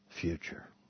future